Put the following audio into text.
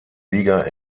liga